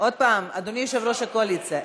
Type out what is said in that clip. עוד פעם, אדוני יושב-ראש הקואליציה?